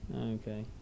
Okay